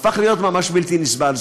הפך להיות ממש בלתי נסבל.